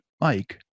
Mike